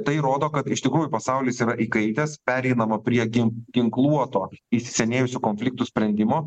tai rodo kad iš tikrųjų pasaulis yra įkaitęs pereinama prie gi ginkluoto įsisenėjusių konfliktų sprendimo